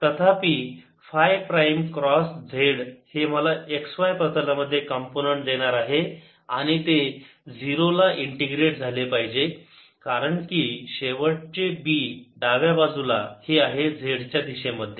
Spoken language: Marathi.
तथापि फाय प्राईम क्रॉस z हे मला x y प्रतलामध्ये कॉम्पोनन्ट् देणार आहे आणि ते 0 ला इंटिग्रेट झाले पाहिजे कारण की शेवटचे B डाव्या बाजूला हे आहे z च्या दिशेमध्ये